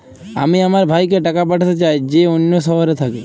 আমি আমার ভাইকে টাকা পাঠাতে চাই যে অন্য শহরে থাকে